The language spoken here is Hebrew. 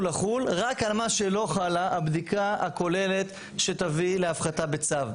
לחול רק על מה שלא חלה הבדיקה הכוללת שתביא להפחתה בצו.